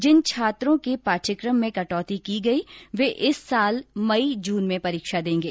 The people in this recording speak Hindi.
जिन छात्रों के पाठ्यक्रम में कटौती की गई वे इस साल मई जून में परीक्षा देंगे